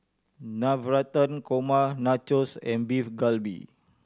Navratan Korma Nachos and Beef Galbi